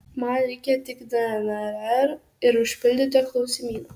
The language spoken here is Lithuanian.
man reikia tik dnr ir užpildyto klausimyno